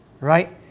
right